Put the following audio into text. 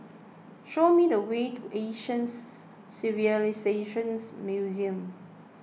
show me the way to Asian Civilisations Museum